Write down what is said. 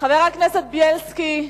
חבר הכנסת בילסקי.